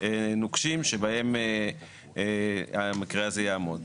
נוקשים שבהם המקרה הזה יעמוד.